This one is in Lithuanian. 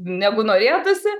negu norėtųsi